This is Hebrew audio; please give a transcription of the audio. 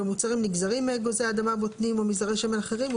במוצגים נגזרים מאגוזי אדמה (בוטנים) או מזרעי שמן אחרים,